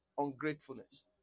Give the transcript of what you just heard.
ungratefulness